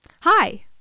Hi